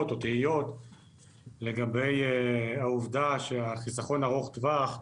לגבי העובדה שהחיסכון הארוך טווח הוא